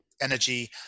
energy